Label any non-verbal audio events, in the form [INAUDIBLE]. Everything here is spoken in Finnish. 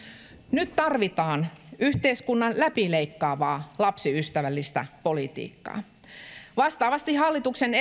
nyt tarvitaan yhteiskunnan läpileikkaavaa lapsiystävällistä politiikkaa vastaavasti hallituksen [UNINTELLIGIBLE]